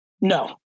No